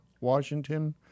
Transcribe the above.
Washington